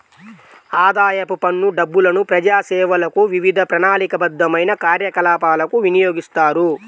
ఆదాయపు పన్ను డబ్బులను ప్రజాసేవలకు, వివిధ ప్రణాళికాబద్ధమైన కార్యకలాపాలకు వినియోగిస్తారు